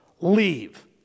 leave